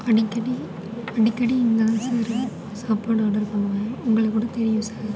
அடிக்கடி அடிக்கடி இங்கே தான் சார் நான் சாப்பாடு ஆர்டர் பண்ணுவேன் உங்களுக்கு கூட தெரியும் சார்